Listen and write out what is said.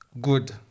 good